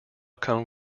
come